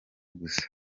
gusa